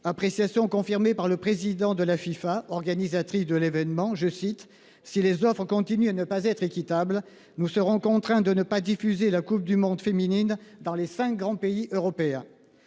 appréciation confirmée par le président de la FIFA, organisatrice de l'événement, je cite, si les offres continue et ne pas être équitable, nous serons contraints de ne pas diffuser la Coupe du monde féminine dans les 5 grands pays européens.